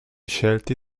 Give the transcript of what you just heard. scelti